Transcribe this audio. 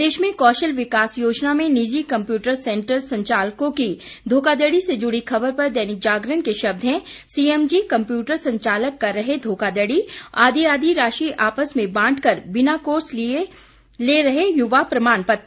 प्रदेश में कौशल विकास योजना में निजी कम्पयूटर सेंटर संचालको की घोखाघड़ी से जुड़ी खबर पर दैनिक जागरण के शब्द हैं सीएम जी कम्पयूटर संचालक कर रहे घोखाघड़ी आघी आधी राशि आपस में बांटकर बिना कोर्स किए ले रहे युवा प्रमाण पत्र